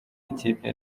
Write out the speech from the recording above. ikipe